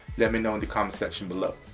let me know in the comment section below.